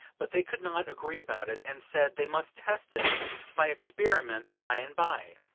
but they could not agree about it, and said they must test it by experiment by and by